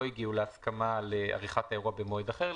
הגיעו להסכמה על עריכת האירוע במועד אחר,